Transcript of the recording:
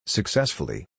Successfully